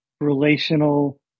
relational